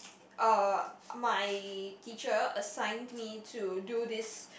uh my teacher assigned me to do this